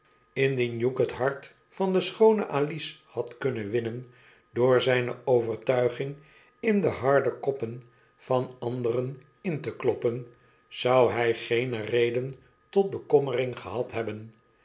lndien hugh het hart van de schoone alice had kunnen winnen door zijne overtuiging in de harde koppen van anderen in te kloppen zou hij geene reden tot bekommering geha hebben